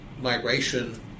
migration